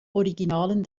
originalen